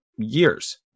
years